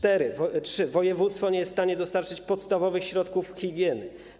Trzy: województwo nie jest w stanie dostarczyć podstawowych środków higieny.